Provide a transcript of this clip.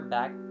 back